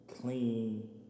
clean